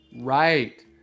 right